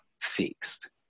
fixed